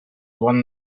one